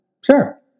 Sure